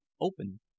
Open